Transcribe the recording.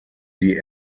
die